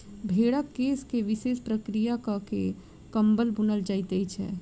भेंड़क केश के विशेष प्रक्रिया क के कम्बल बुनल जाइत छै